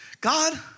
God